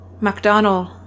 Macdonald